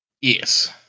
Yes